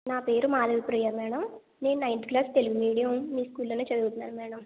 నా పేరు మాధవిప్రియ మేడం నేను నైన్త్ క్లాస్ తెలుగు మీడియం మీ స్కూల్లోనే చదువుతున్నాను మేడం